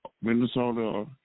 Minnesota